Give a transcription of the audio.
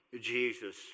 Jesus